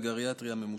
וגריאטריה ממושכת,